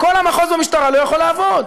כל המחוז במשטרה לא יכול לעבוד.